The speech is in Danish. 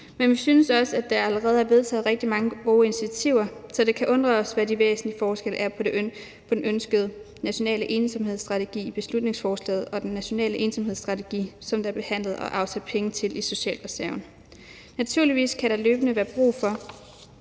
Men vi synes også, at der allerede er vedtaget rigtig mange gode initiativer, så det kan undre os, hvad de væsentlige forskelle er på den ønskede nationale ensomhedsstrategi i beslutningsforslaget og den nationale ensomhedsstrategi, som der er behandlet og afsat penge til i socialreserven. Naturligvis kan der løbende være brug for